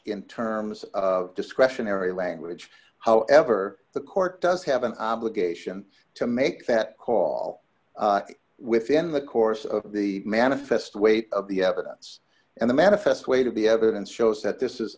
in terms of discretionary language however the court does have an obligation to make that call within the course of the manifest weight of the evidence and the manifest way to be evidence shows that this is